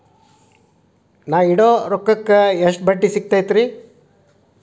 ನಾ ಇಡೋ ರೊಕ್ಕಕ್ ಎಷ್ಟ ಬಡ್ಡಿ ಸಿಕ್ತೈತ್ರಿ?